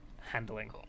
handling